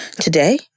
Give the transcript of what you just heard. Today